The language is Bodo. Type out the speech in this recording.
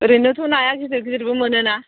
ओरैनोथ' नाया गिदिर गिदिरबो मोनो ना